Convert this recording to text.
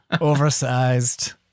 oversized